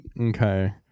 Okay